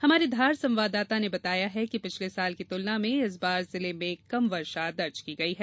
हमारे धार संवावदाता ने बताया है कि पिछले साल की तुलना में इस बार जिले में कम वर्षा दर्ज की गई है